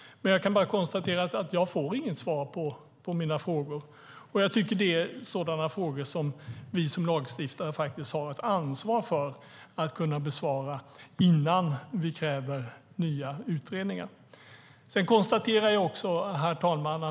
Jag kan bara konstatera att jag inte får något svar på mina frågor. Jag tycker att det är sådana frågor som vi som lagstiftare faktiskt har ett ansvar för att besvara innan vi kräver nya utredningar.